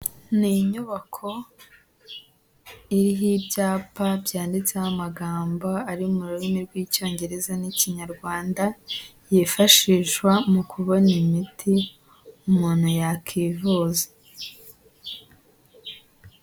Ni inyubako iriho ibyapa byanditseho amagambo ari mu rurimi rw'icyongereza n'ikinyarwanda, yifashishwa mu kubona imiti umuntu yakwivuza.